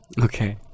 Okay